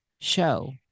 show